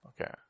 Okay